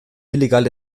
illegal